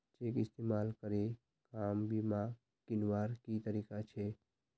Cheque इस्तेमाल करे car बीमा कीन्वार की तरीका छे?